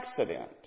accident